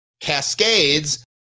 Cascades